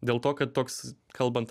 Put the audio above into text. dėl to kad toks kalbant